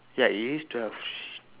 ya it is twelve